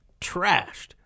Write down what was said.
trashed